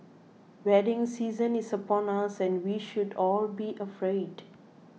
wedding season is upon us and we should all be afraid